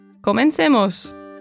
Comencemos